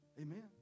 Amen